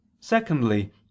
Secondly